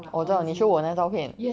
我知道你 show 我那照片